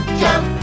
jump